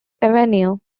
avenue